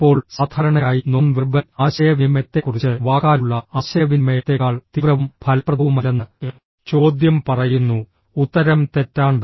ഇപ്പോൾ സാധാരണയായി non verbal ആശയവിനിമയത്തെക്കുറിച്ച് വാക്കാലുള്ള ആശയവിനിമയത്തേക്കാൾ തീവ്രവും ഫലപ്രദവുമല്ലെന്ന് ചോദ്യം പറയുന്നു ഉത്തരം തെറ്റാണ്